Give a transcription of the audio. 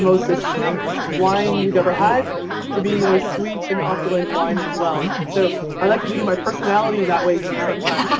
acidic wine you've ever had to being the most sweet and opulent wine as well. so i like to think of my personality that way too sometimes.